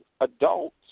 adults